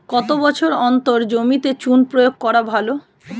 কত বছর অন্তর জমিতে চুন প্রয়োগ করা ভালো?